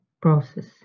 process